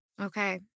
Okay